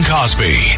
Cosby